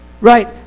Right